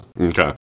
Okay